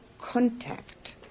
Contact